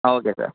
ah okay sir